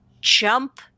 jump